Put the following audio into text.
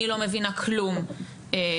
אני לא מבינה כלום בטייס,